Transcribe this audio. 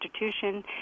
institution